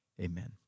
Amen